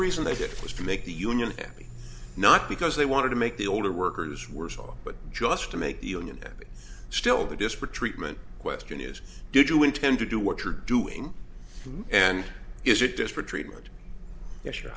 reason they did it was to make the union heavy not because they wanted to make the older workers were soft but just to make the union still the disparate treatment question is did you intend to do what you're doing and is it disparate treatment issue